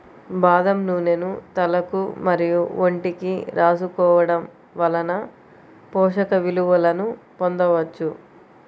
బాదం నూనెను తలకు మరియు ఒంటికి రాసుకోవడం వలన పోషక విలువలను పొందవచ్చు